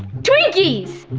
twinkies!